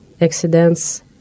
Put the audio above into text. accidents